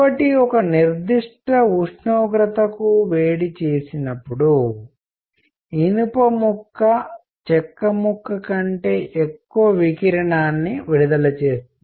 కాబట్టి ఒక నిర్దిష్ట ఉష్ణోగ్రత వరకు వేడిచేసినప్పుడు ఇనుప ముక్క చెక్క ముక్క కంటే ఎక్కువ వికిరణంను విడుదల చేస్తుంది